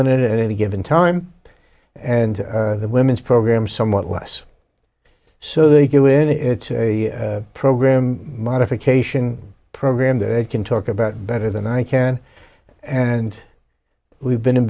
in it in any given time and the women's program somewhat less so the un it's a program modification program that i can talk about better than i can and we've been in